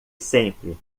sempre